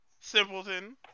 Simpleton